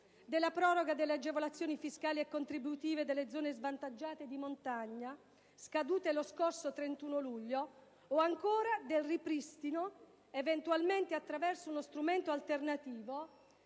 della proroga delle agevolazioni fiscali e contributive delle zone svantaggiate di montagna scaduto lo scorso 31 luglio o, ancora, del ripristino, eventualmente attraverso uno strumento alternativo,